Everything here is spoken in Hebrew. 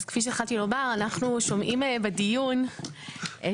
אז כפי שהתחלתי לומר, אנחנו שומעים בדיון את,